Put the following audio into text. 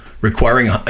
requiring